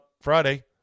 Friday